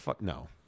no